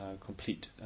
complete